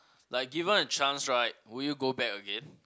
like given a chance right would you go back again